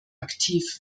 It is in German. aktiv